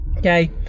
Okay